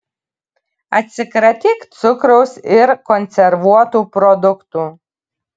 atsikratyk cukraus ir konservuotų produktų